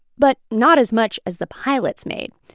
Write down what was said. but not as much as the pilots made.